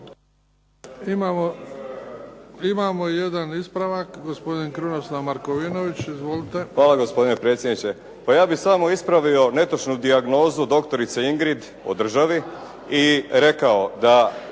Imamo 1 ispravak, gospodin Krunoslav Markovinović. Izvolite. **Markovinović, Krunoslav (HDZ)** Hvala gospodine predsjedniče. Pa ja bih samo ispravio netočnu dijagnozu doktorice Ingrid o državi i rekao da